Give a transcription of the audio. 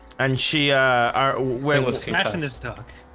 and she are where was his dog?